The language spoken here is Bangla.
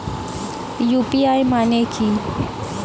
ইউ.পি.আই মানে কি?